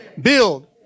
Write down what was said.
Build